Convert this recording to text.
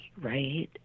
right